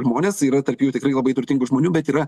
žmonės yra tarp jų tikrai labai turtingų žmonių bet yra